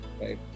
right